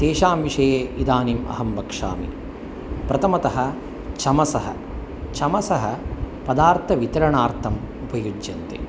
तेषां विषये इदानीम् अहं वक्ष्यामि प्रथमतः चमसः चमसः पदार्थवितरणार्थम् उपयुज्यते